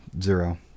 zero